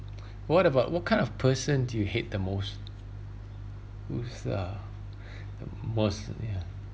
what about what kind of person do you hate the most who's uh the most ya